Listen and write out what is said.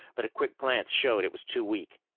but a quick glance showed it was too weak.